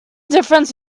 difference